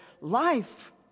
life